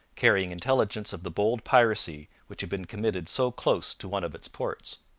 carrying intelligence of the bold piracy which had been committed so close to one of its ports.